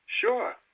Sure